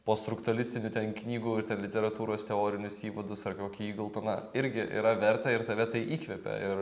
postruktalistinių ten knygų ir ten literatūros teorinius įvadus ar kokį ygaltoną irgi yra verta ir tave tai įkvepia ir